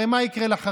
למה אתם מכפילים אותו?